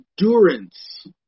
endurance